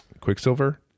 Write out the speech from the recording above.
quicksilver